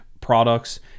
products